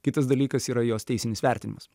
kitas dalykas yra jos teisinis vertinimas